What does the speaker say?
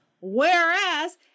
Whereas